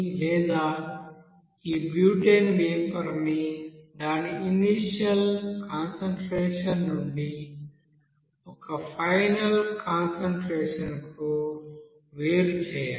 లేదా ఈ butane vapour ని దాని ఇనీషియల్ కాన్సంట్రేషన్ నుండి ఒక ఫైనల్ కాన్సంట్రేషన్ కు వేరు చేయండి